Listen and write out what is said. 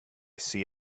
see